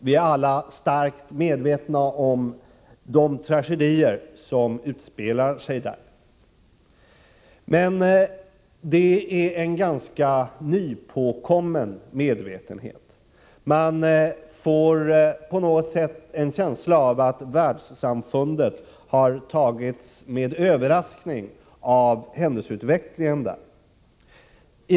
Vi är alla starkt medvetna om de tragedier som där utspelar sig. Men det är en ganska nypåkommen medvetenhet. Man får på något sätt en känsla av att världssamfundet har tagits med överraskning av händelseutvecklingen.